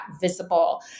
visible